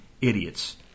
idiots